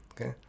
Okay